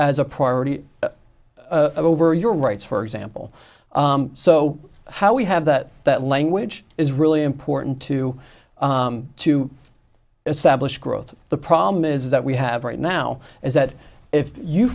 as a priority over your rights for example so how we have that that language is really important to to establish growth the problem is that we have right now is that if you